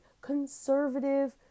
conservative